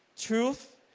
truth